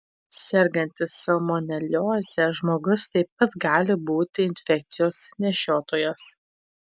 sergantis salmonelioze žmogus taip pat gali būti infekcijos nešiotojas